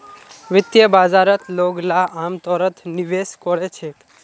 वित्तीय बाजारत लोगला अमतौरत निवेश कोरे छेक